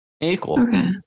Equal